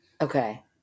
Okay